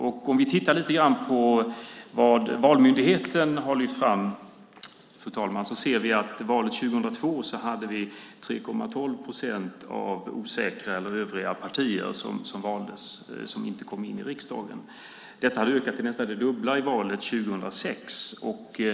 När vi tittar lite grann på vad Valmyndigheten har lyft fram ser vi att vid valet 2002 utgjorde andelen osäkra eller övriga partier som inte kom in i riksdagen 3,12 procent. Detta hade ökat till nästan det dubbla till valet 2006.